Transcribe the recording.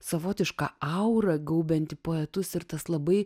savotiška aura gaubianti poetus ir tas labai